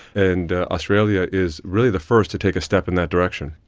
and australia is really the first to take a step in that direction.